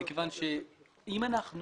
מכיוון שאם אנחנו